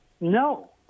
No